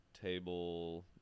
table